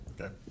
Okay